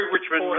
Richmond